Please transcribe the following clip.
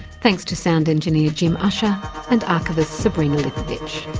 thanks to sound engineer jim ussher and archivist sabrina lipovic.